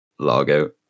Logout